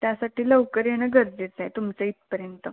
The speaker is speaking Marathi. त्यासाठी लवकर येणं गरजेचं आहे तुमचं इथपर्यंत